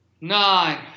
nine